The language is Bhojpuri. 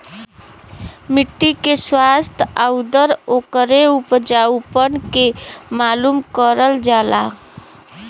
मट्टी के स्वास्थ्य आउर ओकरे उपजाऊपन के मालूम करल जाला